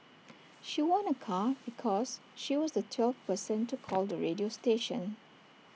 she won A car because she was the twelfth person to call the radio station